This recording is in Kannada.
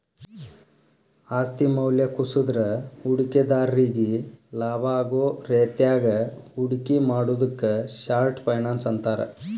ಆಸ್ತಿ ಮೌಲ್ಯ ಕುಸದ್ರ ಹೂಡಿಕೆದಾರ್ರಿಗಿ ಲಾಭಾಗೋ ರೇತ್ಯಾಗ ಹೂಡಿಕೆ ಮಾಡುದಕ್ಕ ಶಾರ್ಟ್ ಫೈನಾನ್ಸ್ ಅಂತಾರ